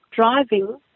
driving